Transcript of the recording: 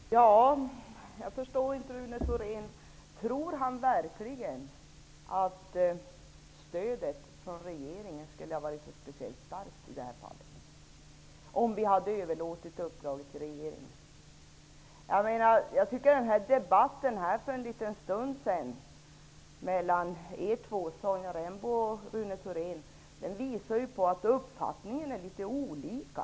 Herr talman! Jag förstår inte Rune Thorén. Tror han verkligen att stödet från regeringen, om man hade överlåtit uppdraget till den, hade varit speciellt starkt i det här fallet? Jag tycker att debatten mellan Sonja Rembo och Rune Thorén här för en liten stund sedan visar att uppfattningen är litet olika.